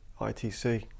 ITC